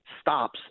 stops